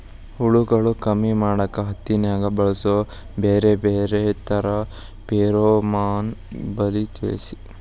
ಹುಳುಗಳು ಕಮ್ಮಿ ಮಾಡಾಕ ಹತ್ತಿನ್ಯಾಗ ಬಳಸು ಬ್ಯಾರೆ ಬ್ಯಾರೆ ತರಾ ಫೆರೋಮೋನ್ ಬಲಿ ತಿಳಸ್ರಿ